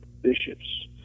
bishops